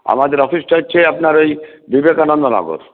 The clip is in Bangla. আমাদের অফিসটা হচ্ছে আপনার ওই বিবেকানন্দ নগর